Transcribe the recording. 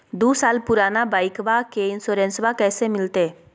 दू साल पुराना बाइकबा के इंसोरेंसबा कैसे मिलते?